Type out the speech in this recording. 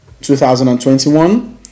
2021